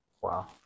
wow